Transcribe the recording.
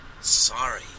sorry